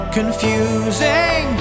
Confusing